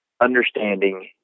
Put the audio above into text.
understanding